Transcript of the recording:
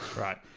Right